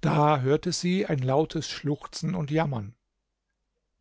da hörte sie ein lautes schluchzen und jammern